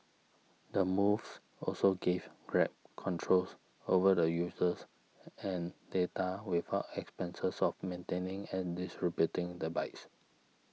the moves also gives Grab controls over the users and data without the expenses of maintaining and distributing the bikes